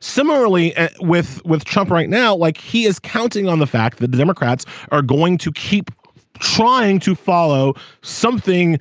similarly with with trump right now like he is counting on the fact that democrats are going to keep trying to follow something